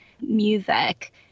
music